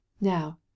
Now